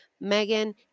Megan